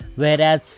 whereas